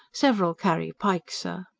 several carry pikes, sir.